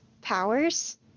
powers